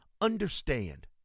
Understand